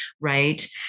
Right